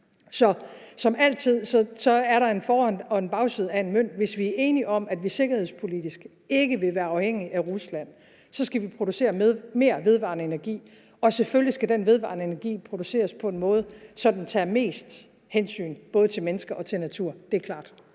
Så som altid er der en for- og en bagside af en mønt. Hvis vi er enige om, at vi sikkerhedspolitisk ikke vil være afhængige af Rusland, skal vi producere mere vedvarende energi, og selvfølgelig skal den vedvarende energi produceres på en måde, så den tager mest hensyn til både mennesker og natur. Det er klart.